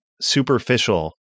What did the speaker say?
superficial